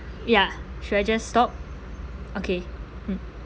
ya should I just stop okay mm